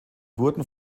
wurden